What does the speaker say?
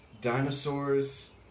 Dinosaurs